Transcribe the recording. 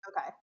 okay